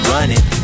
Running